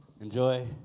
Enjoy